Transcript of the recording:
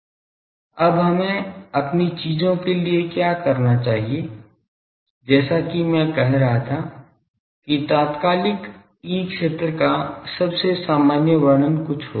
अब हमें अपनी चीजों के लिए क्या चाहिए जैसा कि मैं कह रहा था कि तात्कालिक ई क्षेत्र का सबसे सामान्य वर्णन कुछ होगा